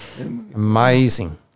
Amazing